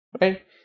Right